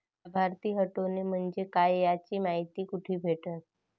लाभार्थी हटोने म्हंजे काय याची मायती कुठी भेटन?